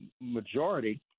majority